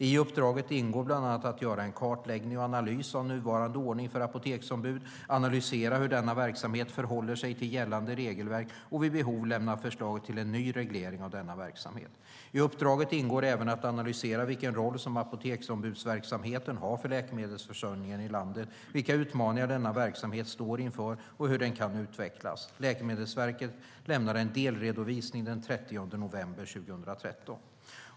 I uppdraget ingår bland annat att göra en kartläggning och analys av nuvarande ordning för apoteksombud, analysera hur denna verksamhet förhåller sig till gällande regelverk och vid behov lämna förslag till en ny reglering av denna verksamhet. I uppdraget ingår även att analysera vilken roll som apoteksombudsverksamheten har för läkemedelsförsörjningen i landet, vilka utmaningar denna verksamhet står inför och hur den kan utvecklas. Läkemedelsverket lämnade en delredovisning den 30 november 2013.